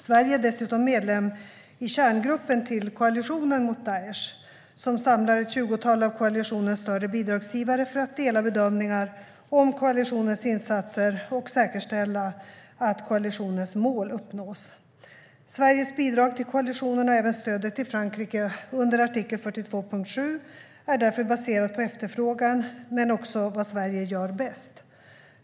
Sverige är dessutom medlem i kärngruppen till koalitionen mot Daish, som samlar ett tjugotal av koalitionens större bidragsgivare för att dela bedömningar om koalitionens insatser och säkerställa att koalitionens mål uppnås. Sveriges bidrag till koalitionen och även stödet till Frankrike under artikel 42.7 är därför baserat på efterfrågan men också på vad Sverige gör bäst.